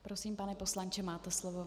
Prosím, pane poslanče, máte slovo.